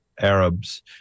Arabs